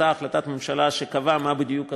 אותה החלטת ממשלה שקבעה מה בדיוק הזכויות,